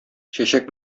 чәчәк